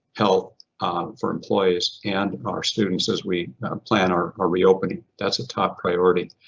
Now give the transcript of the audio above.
health for employees and our students as we plan our our reopening that's a top priority.